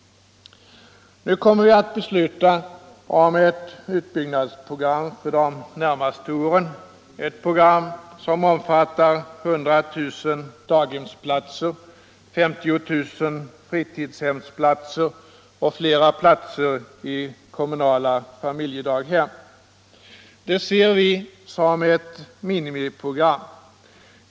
Nu kommer vi att besluta om ett utbyggnadsprogram för de närmaste åren — ett program som omfattar 100 000 daghemsplatser, 50 000 fritidshemsplatser och flera platser i kommunala familjedaghem. Det ser vi som ett minimiprogram.